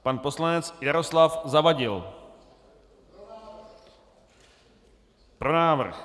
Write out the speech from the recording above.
Pan poslanec Jaroslav Zavadil: Pro návrh.